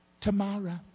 Tomorrow